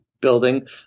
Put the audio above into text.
building